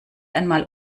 einmal